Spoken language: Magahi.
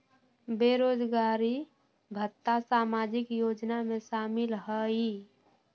बेरोजगारी भत्ता सामाजिक योजना में शामिल ह ई?